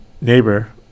neighbor